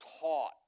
taught